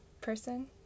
person